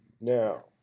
Now